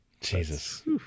jesus